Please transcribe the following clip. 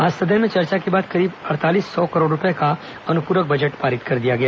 आज सदन में चर्चा के बाद करीब अड़तार्लीस सौ करोड़ रूपए का अनुप्रक बजट पारित कर दिया गया